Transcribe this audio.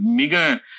miga